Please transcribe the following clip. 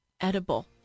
edible